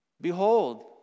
Behold